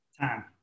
Time